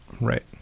Right